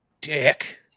dick